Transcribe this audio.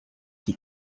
die